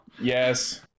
yes